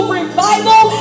revival